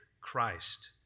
Christ